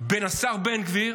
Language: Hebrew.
בין השר בן גביר